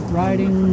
riding